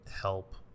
help